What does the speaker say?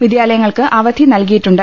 വിദ്യാലയങ്ങൾക്ക് അവധി നൽകിയിട്ടുണ്ട്